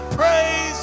praise